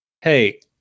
hey